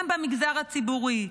גם במגזר הציבורי.